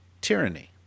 tyranny